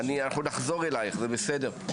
אנחנו נחזור אליך, זה בסדר.